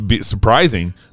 surprising